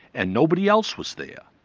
and nobody else was there.